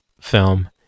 film